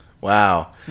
Wow